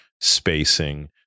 spacing